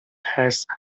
test